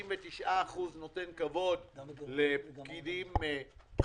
ב-99 אחוזים אני נותן כבוד לפקידים בכירים